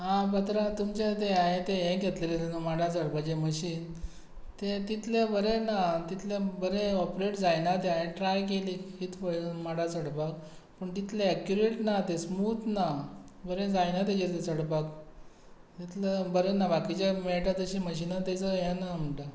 आ पात्रांव तुमचें तें हांवें तें हें घेतलेलें न्हू माडार चडपाचें मशीन तें तितलें बरें ना तितलें बरें ऑपरेट जायना तें हांवें ट्राय केली कित फा माडार चडपाक पूण तितलें एक्युरेट ना तें स्मूत ना बरें जायना तेजेर जें चडपाक इतलें बरें ना बाकीचे मेळटा तशीं मशिनां तेजो हें ना म्हणटा